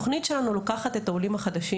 לקחת את העולים,